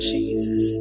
Jesus